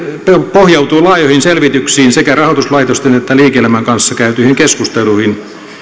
pohjautui laajoihin selvityksiin ja sekä rahoituslaitosten että liike elämän kanssa käytyihin keskusteluihin